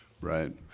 Right